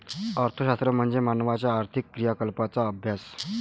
अर्थशास्त्र म्हणजे मानवाच्या आर्थिक क्रियाकलापांचा अभ्यास